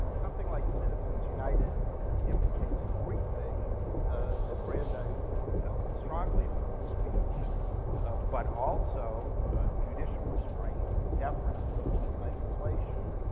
something like citizens united implicates three things that brandeis felt strongly about speech but, also judicial restraint deference to legislation,